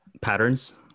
patterns